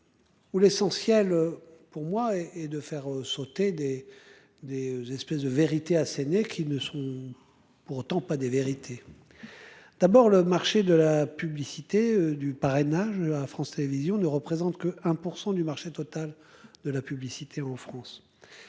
Ou l'essentiel pour moi et et de faire sauter des des espèces de vérités assénées qui ne sont. Pourtant pas des vérités. D'abord, le marché de la publicité et du parrainage à France Télévisions ne représente que 1% du marché total de la publicité en France.